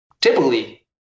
typically